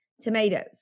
tomatoes